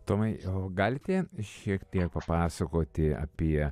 tomai o galite šiek tiek papasakoti apie